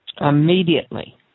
Immediately